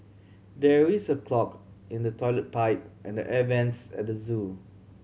there is a clog in the toilet pipe and air vents at zoo